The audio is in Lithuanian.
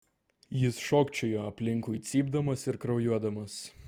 jis šokčiojo aplinkui cypdamas ir kraujuodamas